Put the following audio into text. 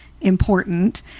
important